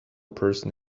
person